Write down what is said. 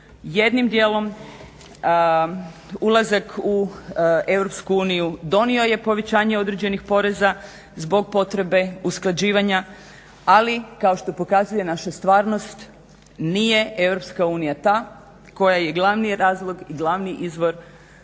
Jednim dijelom ulazak u Europsku uniju donio je povećanje određenih poreza zbog potrebe usklađivanja, ali kao što pokazuje naša stvarnost, nije Europska unija ta koja je glavni razlog i glavni izvor povećanja